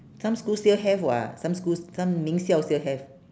some school still have [what] some school st~ some 名校：ming xiao still have